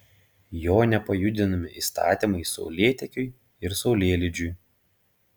jo nepajudinami įstatymai saulėtekiui ir saulėlydžiui